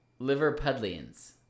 Liverpudlians